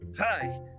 hi